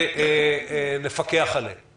נבקר ונפקח גם על החלטות אלו.